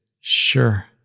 Sure